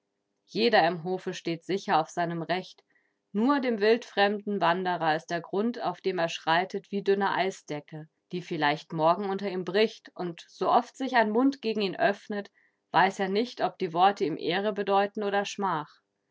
jeder im hofe steht sicher auf seinem recht nur dem wildfremden wanderer ist der grund auf dem er schreitet wie dünne eisdecke die vielleicht morgen unter ihm bricht und sooft sich ein mund gegen ihn öffnet weiß er nicht ob die worte ihm ehre bedeuten oder schmach